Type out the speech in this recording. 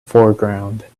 foreground